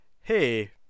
Hey